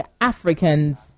africans